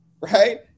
right